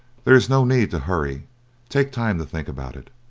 there is no need to hurry take time to think about it.